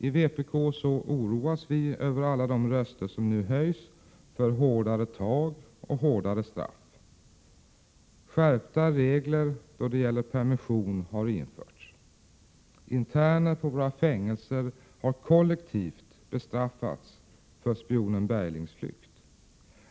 I vpk oroas vi över alla de röster som nu höjs för hårdare tag och hårdare straff. Skärpta regler då det gäller permission har införts. Interner på våra fängelser har kollektivt bestraffats för spionen Berglings flykt.